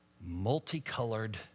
multicolored